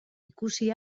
ikusi